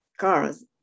cars